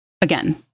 Again